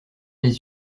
les